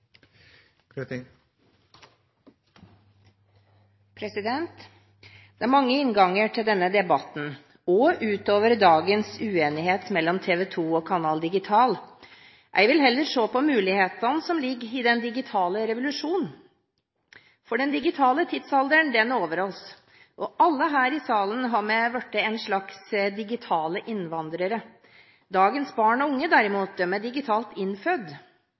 vegne. Det er mange innganger til denne debatten – også utover dagens uenighet mellom TV 2 og Canal Digital. Jeg vil heller se på mulighetene som ligger i den digitale revolusjon, for den digitale tidsalderen er over oss, og vi har alle her i salen blitt en slags digitale innvandrere. Dagens barn og unge, derimot, er digitalt